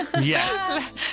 Yes